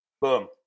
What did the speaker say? boom